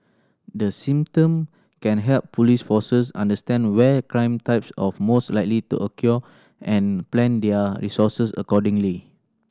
the system can help police forces understand where crime types of most likely to occur and plan their resources accordingly